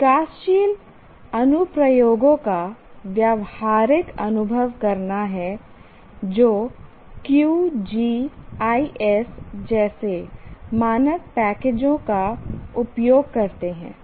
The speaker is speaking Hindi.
विकासशील अनुप्रयोगों का व्यावहारिक अनुभव करना है जो QGIS जैसे मानक पैकेजों का उपयोग करते हैं